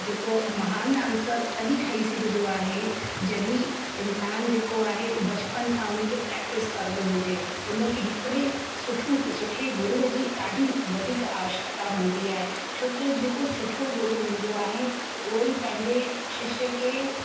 जेको महान डांसर तॾहिं ठही सघंदो आहे जॾहिं इंसान जेको आहे हू बचपन सां उनखे प्रेक्टिस करंदो हुजे उनखे हिकिड़े सुठे सुठे गुरूअ जी ॾाढी वधीक आवश्यकता हूंदी आहे छो त जेको सुठो गुरू हूंदो आहे उहो ई पंहिंजे शिष्य खे